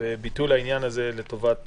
רק בביטול העניין הזה לטובת